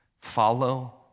follow